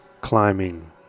climbing